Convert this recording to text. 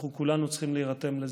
אנחנו כולנו צריכים להירתם לזה.